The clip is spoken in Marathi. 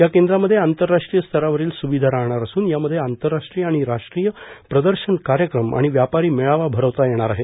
या केंद्रामध्ये आंतरराष्ट्रीय स्तरावरील स्रुविधा राहणार असून यामध्ये आंतरराष्ट्रीय आणि राष्ट्रीय प्रदर्शन कार्यक्रम आणि व्यापारी मेळावा भरवता येणार आहे